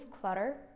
clutter